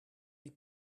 die